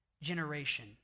generation